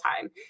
time